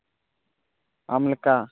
ᱟᱢᱞᱮᱠᱟ